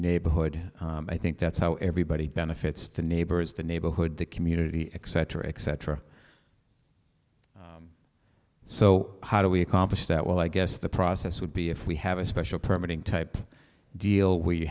neighborhood i think that's how everybody benefits to neighbors the neighborhood the community etc etc so how do we accomplish that well i guess the process would be if we have a special permit type deal where you